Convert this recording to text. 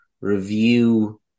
review